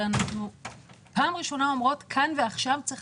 אבל אנחנו פעם ראשונה אומרות שכאן ועכשיו צריך